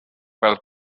fel